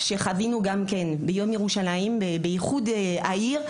שחווינו באיחוד העיר,